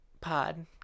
Pod